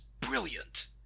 brilliant